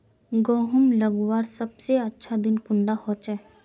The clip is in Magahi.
गहुम लगवार सबसे अच्छा दिन कुंडा होचे?